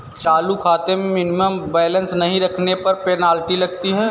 चालू खाते में मिनिमम बैलेंस नहीं रखने पर पेनल्टी लगती है